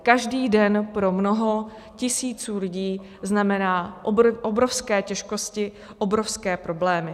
Každý den pro mnoho tisíců lidí znamená obrovské těžkosti, obrovské problémy.